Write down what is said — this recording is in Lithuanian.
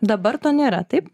dabar to nėra taip